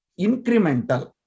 incremental